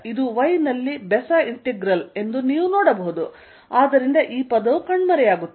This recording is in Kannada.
ಇದು y ನಲ್ಲಿ ಓಡ್ ಇಂಟೆಗ್ರಲ್ ಎಂದು ನೀವು ನೋಡಬಹುದು ಮತ್ತು ಆದ್ದರಿಂದ ಈ ಪದವು ಕಣ್ಮರೆಯಾಗುತ್ತದೆ